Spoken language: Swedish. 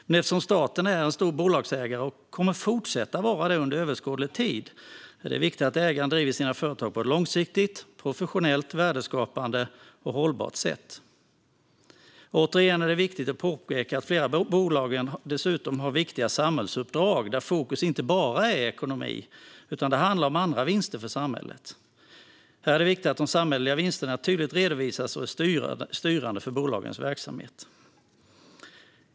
Men eftersom staten är en stor bolagsägare och kommer att fortsätta att vara det under överskådlig tid är det viktigt att ägaren driver sina företag på ett långsiktigt professionellt, värdeskapande och hållbart sätt. Återigen är det viktigt att påpeka att flera av bolagen dessutom har viktiga samhällsuppdrag, där fokus inte bara är ekonomi utan där det handlar om andra vinster för samhället. Här är det viktigt att de samhälleliga vinsterna tydligt redovisas och är styrande för bolagens verksamhet.